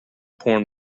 porn